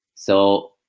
so,